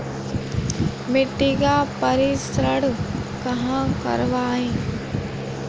मिट्टी का परीक्षण कहाँ करवाएँ?